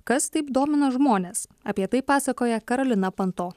kas taip domina žmones apie tai pasakoja karolina panto